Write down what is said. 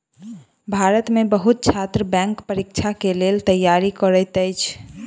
भारत में बहुत छात्र बैंक परीक्षा के लेल तैयारी करैत अछि